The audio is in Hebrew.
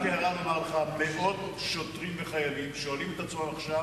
רק הערה לומר לך: מאות שוטרים וחיילים שואלים את עצמם עכשיו